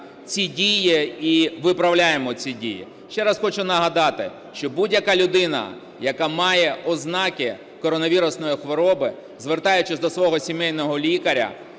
ці дії і виправляємо ці дії. Ще раз хочу нагадати, що будь-яка людина, яка має ознаки коронавірусної хвороби, звертаючись до свого сімейного лікаря,